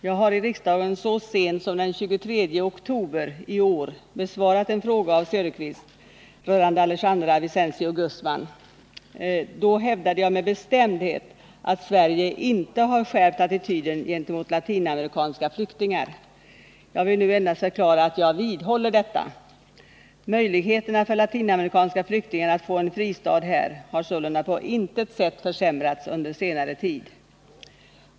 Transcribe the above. Jag har i riksdagen så sent som den 23 oktober i år besvarat en fråga av Oswald Söderqvist rörande Alejandra Vicencio Guzman. Då hävdade jag med bestämdhet att Sverige inte har skärpt attityden gentemot latinamerikanska flyktingar. Jag vill nu endast förklara att jag vidhåller detta. Möjligheterna för latinamerikanska flyktingar att få en fristad här har sålunda på intet sätt försämrats under senare tid.